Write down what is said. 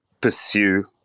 pursue